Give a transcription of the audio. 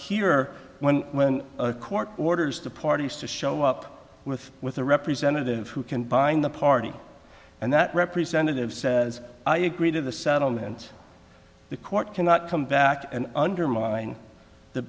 here when a court orders the parties to show up with with a representative who can bind the party and that representative says i agree to the settlement the court cannot come back and undermine the